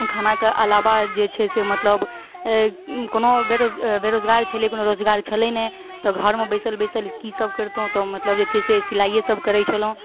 खानाके अलावा जे छै से मतलब कोनो बेरोज बेरोजगार छलै कोनो रोजगार छलै नहि तऽ घरमे बैसल बैसल की सब करितहुँ तऽ मतलब जे छै से सिलाइए सब करै छलहुँ